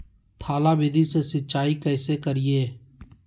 थाला विधि से सिंचाई कैसे करीये?